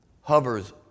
hovers